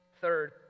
Third